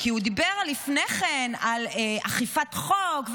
כי לפני כן הוא דיבר על אכיפת חוק,